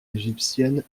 égyptiennes